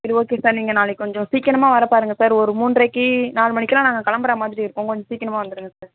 சரி okay sir நீங்கள் நாளைக்கு கொஞ்சம் சீக்கிரமாக வர பாருங்கள் சார் ஒரு மூண்ரைக்கு நாலு மணிக்கெலாம் நாங்கள் கிளம்பற மாதிரி இருக்கும் கொஞ்ச சீக்கிரமாக வந்துடுங்க சார்